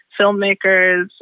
filmmakers